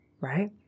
right